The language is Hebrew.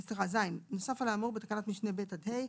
(ז) נוסף על האמור בתקנות משנה (ב) עד (ה),